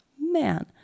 man